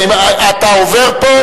אתה עובר פה,